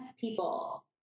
people